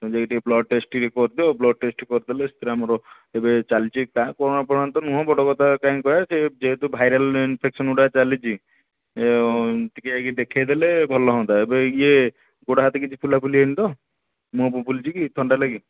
ଯାଇକି ଟିକିଏ blood test ଟିକିଏ କରିଦିଅ ବ୍ଳଡ଼୍ ଟେଷ୍ଟ୍ କରିଦେଲେ ସେଥିରେ ଆମର ଏବେ ଚାଲିଛି କାଇଁ କ'ଣ ଆପଣମାନେ ତ ନୁହଁ ବଡ଼ କଥା କାହିଁ କହିବା ଯେହେତୁ ଭାଇରାଲ୍ ଇନିଫେକ୍ସନ୍ଗୁଡ଼ା ଚାଲିଛି ଟିକିଏ ଯାଇକି ଦେଖାଇଦେଲେ ଭଲ ହୁଅନ୍ତା ଏବେ ଇଏ ଗୋଡ଼ ହାତ କିଛି ଫୁଲା ଫୁଲି ହୋଇନିତ ମୁହଁ ଫୁହଁ ଫୁଲିଛି କି ଥଣ୍ଡା ଲାଗି